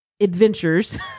adventures